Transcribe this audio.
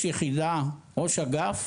ראש יחידה, ראש אגף.